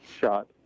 shot